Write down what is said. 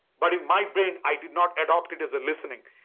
but in my brain i did not adopt it as listening.